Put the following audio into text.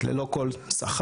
ללא כל שכר,